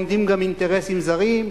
עומדים גם אינטרסים זרים,